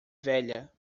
velha